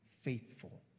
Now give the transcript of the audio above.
faithful